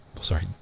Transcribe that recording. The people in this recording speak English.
sorry